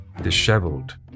disheveled